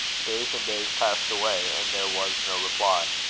days and days passed away, and there was no reply. ah!